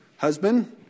Husband